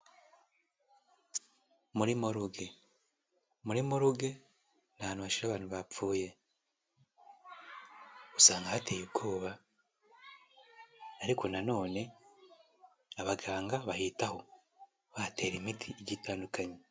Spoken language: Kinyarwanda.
Muri moruge, muri moruge ni ahantu hashira abantu bapfuye, usanga hateye ubwoba ariko na none abaganga bahitaho, bahatera imiti igiye itandukanye.